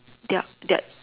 their their